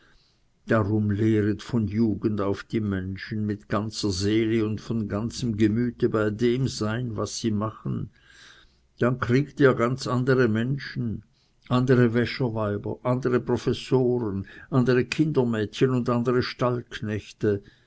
darum lehret von jugend auf die menschen mit ganzer seele und von ganzem gemüte bei dem sein was sie machen dann kriegt ihr ganz andere menschen andere wäscherweiber andere professoren andere kindermädchen und andere